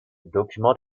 document